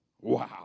Wow